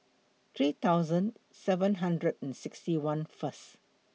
three thousand seven hundred and sixty one First